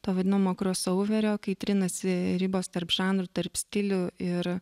to vadinamo krosouverio kai trinasi ribos tarp žanrų tarp stilių ir